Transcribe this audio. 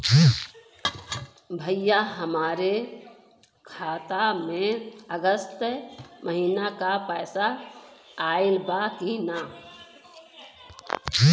भईया हमरे खाता में अगस्त महीना क पैसा आईल बा की ना?